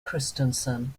christensen